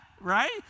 right